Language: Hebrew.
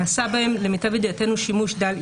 נעשה בהן למיטב ידיעתנו שימוש דל,